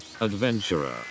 adventurer